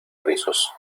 rizos